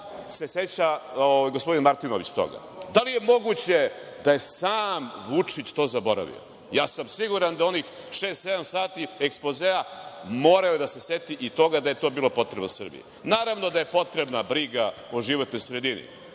se seća gospodin Martinović toga? Da li je moguće da je sam Vučić to zaboravio? Siguran sam da u onih šest, sedam sati ekspozea, morao je da se seti i toga da je to bilo potrebno Srbiji. Naravno da je potrebna briga o životnoj sredini,